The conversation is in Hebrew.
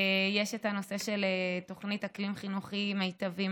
יש את הנושא של תוכנית אקלים חינוכי מיטבי,